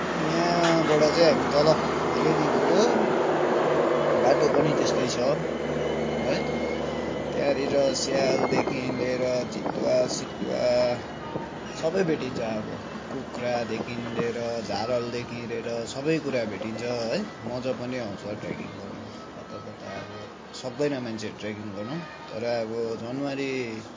यहाँबाट चाहिँ हामी तल रेली गएको बाटो पनि त्यस्तै छ है त्यहाँनिर स्यालदेखिन् लेएर चितुवा सितुवा सबै भेटिन्छ अब कुखुरादेखिन् लिएएर झारलदेखि लिएएर सबै कुरा भेटिन्छ है मजा पनि आउँछ ट्रेकिङ गर्नु हत्तपत्त अब सक्दैन मान्छेहरू ट्रेकिङ गर्नु तर अब जनावरी